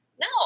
No